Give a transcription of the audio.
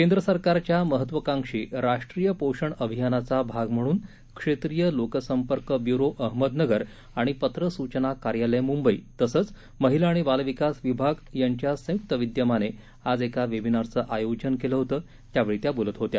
केंद्र सरकारच्या महत्त्वाकांक्षी राष्ट्रीय पोषण अभियानाचा भाग म्हणून क्षेत्रीय लोकसंपर्क ब्यूरो अहमदनगर आणि पत्र सूचना कार्यालय मुंबई तसंच महिला आणि बालविकास विभाग संयूक्त विद्यमानं आज एका वेबीनारचं आयोजन केलं होतं त्यावेळी त्या बोलत होत्या